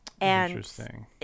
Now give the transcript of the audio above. Interesting